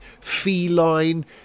feline